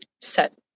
set